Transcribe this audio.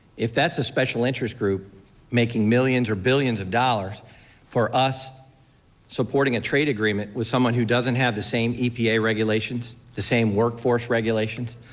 if that's a special interest group making millions or billions of dollars for us supporting a trade agreement with someone who doesn't have the same epa regulations, the same workforce regulations,